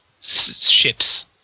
ships